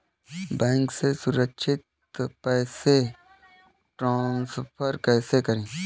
Bank से सुरक्षित पैसे ट्रांसफर कैसे करें?